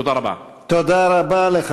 תודה רבה.